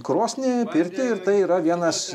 krosnį pirtį ir tai yra vienas